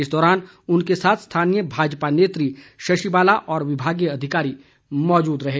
इस दौरान उनके साथ स्थानीय भाजपा नेत्री शशि बाला और विभागीय अधिकारी मौजूद रहें